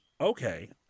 Okay